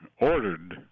ordered